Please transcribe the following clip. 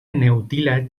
neutilaj